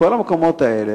כל המקומות האלה,